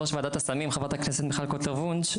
ראש ועדת הסמים חברת הכנסת מיכל קוטלר וונש,